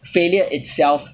failure itself